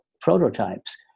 prototypes